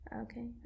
Okay